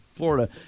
Florida